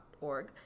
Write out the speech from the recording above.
org